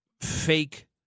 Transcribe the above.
fake